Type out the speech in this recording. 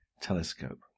telescope